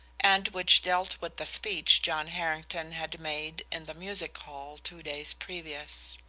and which dealt with the speech john harrington had made in the music hall two days previous.